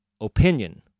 opinion